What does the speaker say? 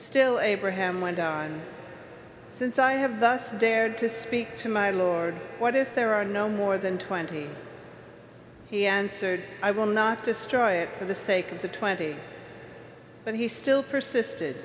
still abraham went on since i have thus dared to speak to my lord what if there are no more than twenty he entered i will not destroy it for the sake of the twenty but he still persisted